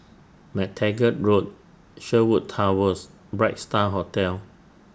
MacTaggart Road Sherwood Towers Bright STAR Hotel